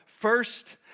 First